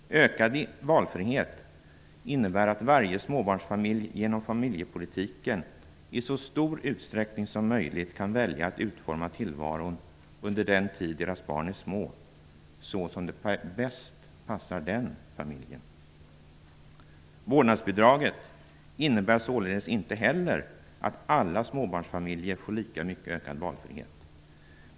Ökad valfrihet innebär att varje småbarnsfamilj genom familjepolitiken i så stor utsträckning som möjligt kan välja att utforma tillvaron så som det bäst passar den familjen under den tid barnen är små. Vårdnadsbidraget innebär således inte heller att alla småbarnsfamiljer får lika mycket ökad valfrihet.